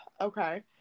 okay